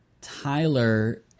Tyler